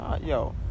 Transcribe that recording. yo